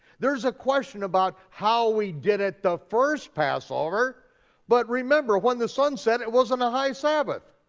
there's a question about how we did it the first passover but remember, when the sun set it wasn't a high sabbath.